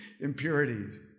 impurities